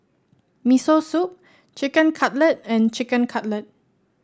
Miso Soup Chicken Cutlet and Chicken Cutlet